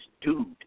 dude